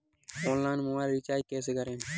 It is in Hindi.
ऑनलाइन मोबाइल रिचार्ज कैसे करें?